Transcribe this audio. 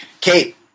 Kate